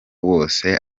wose